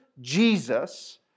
Jesus